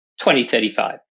2035